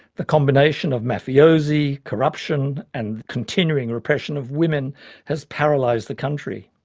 the combination of mafiosi, corruption and continuing repression of women has paralysed the country.